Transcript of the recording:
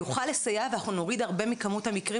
יוכלו לסייע ואנחנו נוריד הרבה מכמות המקרים